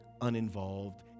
uninvolved